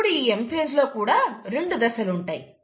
ఇప్పుడు ఈ M phase లో కూడా రెండు దశలు ఉంటాయి